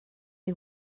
you